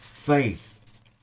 faith